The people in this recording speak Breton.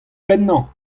pennañ